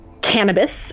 cannabis